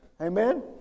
Amen